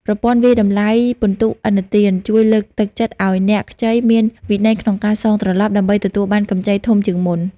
ប្រព័ន្ធវាយតម្លៃពិន្ទុឥណទាន ជួយលើកទឹកចិត្តឱ្យអ្នកខ្ចីមានវិន័យក្នុងការសងត្រឡប់ ដើម្បីទទួលបានកម្ចីធំជាងមុន។